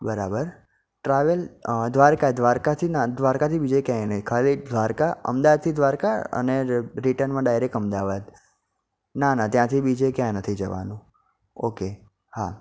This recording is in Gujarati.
બરાબર ટ્રાવેલ દ્વારકા દ્વારકાથી ના દ્વારકાથી બીજે ક્યાંય નહીં ખાલી દ્વારકા અમદાવાદથી દ્વારકા અને ર રિટર્નમાં ડાયરેક અમદાવાદ ના ના ત્યાંથી બીજે ક્યાંય નથી જવાનું ઓકે હા